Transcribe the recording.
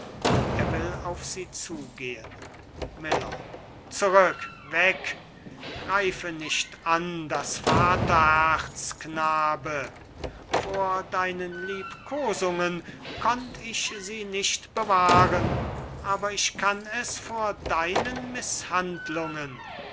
miller zurück weg greife nicht an das vaterherz knabe vor deinen liebkosungen konnt ich sie nicht bewahren aber ich kann es vor deinen mißhandlungen